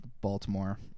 Baltimore